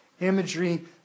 imagery